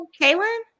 kaylin